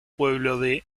pueblo